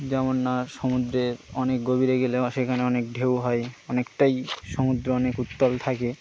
যেমন না সমুদ্রে অনেক গভীরে গেলে সেখানে অনেক ঢেউ হয় অনেকটাই সমুদ্র অনেক উত্তাল থাকে